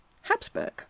Habsburg